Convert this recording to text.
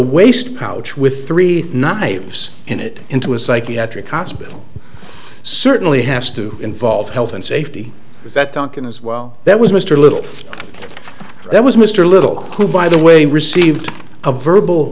waist pouch with three not i guess in it into a psychiatric hospital certainly has to involve health and safety is that duncan as well that was mr little that was mr little who by the way received a verbal